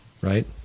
right